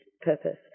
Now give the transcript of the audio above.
purpose